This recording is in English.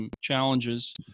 challenges